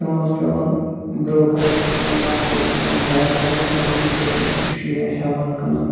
تِمَن اوس پٮ۪وان برٛوکَر ٲسِکھ پٮ۪وان باقٕے ٲسِکھ پٮ۪وان ہایَر کَرٕنۍ تِمَن ہٕنٛدۍ ذٔریعہِ ٲسۍ تِم شِیر ہٮ۪وان کٕنان